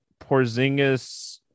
Porzingis